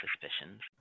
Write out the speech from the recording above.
suspicions